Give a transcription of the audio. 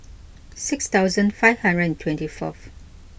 six thousand five hundred and twenty fourth